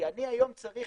אני היום צריך